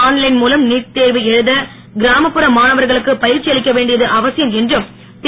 online மூலம் NEET தேர்வு எழுத கிராமப்புற மாணவர்களுக்கு பயிற்சி அளிக்க வேண்டியது அவசியம் என்றும் திரு